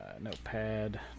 Notepad